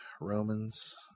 Romans